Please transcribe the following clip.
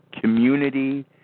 Community